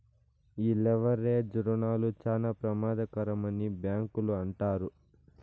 ఈ లెవరేజ్ రుణాలు చాలా ప్రమాదకరమని బ్యాంకులు అంటారు